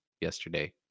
yesterday